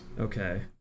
Okay